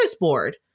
board